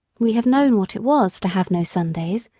we have known what it was to have no sundays,